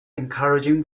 encouraging